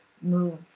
move